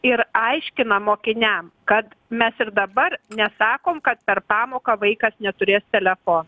ir aiškinam mokiniam kad mes ir dabar nesakom kad per pamoką vaikas neturės telefono